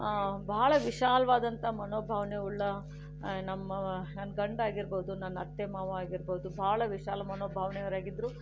ಬಹಳ ವಿಶಾಲವಾದಂಥ ಮನೋಭಾವನೆ ಉಳ್ಳ ನಮ್ಮ ನನ್ನ ಗಂಡ ಆಗಿರ್ಬೋದು ನನ್ನ ಅತ್ತೆ ಮಾವ ಆಗಿರ್ಬೋದು ಬಹಳ ವಿಶಾಲ ಮನೋಭಾವನೆಯವರಾಗಿದ್ದರು